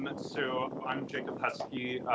but so i'm jacob huskey.